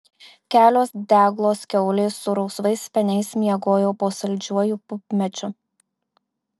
kelios deglos kiaulės su rausvais speniais miegojo po saldžiuoju pupmedžiu